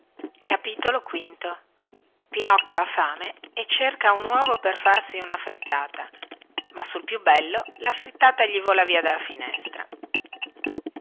parete pinocchio ha fame e cerca un uovo per farsi una frittata ma sul più bello la frittata gli vola via dalla finestra